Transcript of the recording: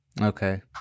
Okay